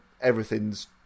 everything's